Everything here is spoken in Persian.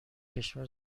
کشور